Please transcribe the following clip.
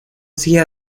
silla